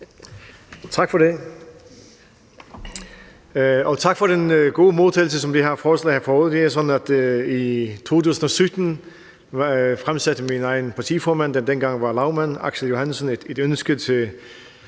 Tak for det, og tak for den gode modtagelse, som det her forslag har fået. Det er sådan, at i 2017 fremsatte min egen partiformand, der dengang var lagmand, Aksel Johannesen et ønske til